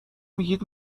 میگید